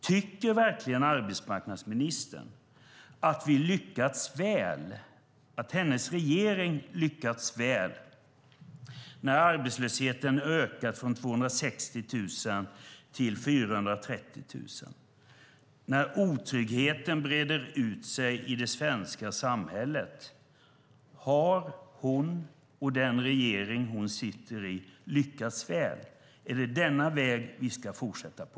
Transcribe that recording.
Tycker verkligen arbetsmarknadsministern att hennes regering har lyckats väl när arbetslösheten ökat från 260 000 till 430 000, när otryggheten breder ut sig i det svenska samhället? Har hon och den regering hon sitter i lyckats väl? Är det denna väg vi ska fortsätta på?